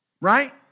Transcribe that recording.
Right